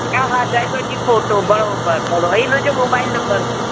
हा हा ड्राइवर जी फ़ोटो बराबरि बराबरि इनजो मोबाइल नम्बर बि